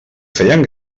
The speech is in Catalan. feien